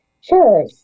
Sure